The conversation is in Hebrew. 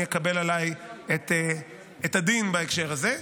ואני אקבל עלי את הדין בהקשר הזה.